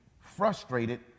frustrated